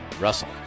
Russell